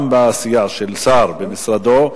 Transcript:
גם בעשייה של שר במשרדו,